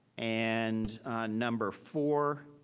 and number four,